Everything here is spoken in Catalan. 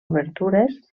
obertures